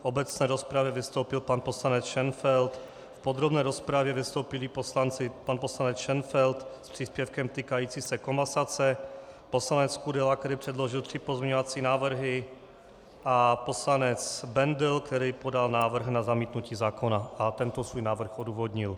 V obecné rozpravě vystoupil pan poslanec Šenfeld, v podrobné rozpravě vystoupili pan poslanec Šenfeld s příspěvkem týkajícím se komasace, poslanec Kudela, který předložil tři pozměňovací návrhy, a poslanec Bendl, který podal návrh na zamítnutí zákona a tento svůj návrh odůvodnil.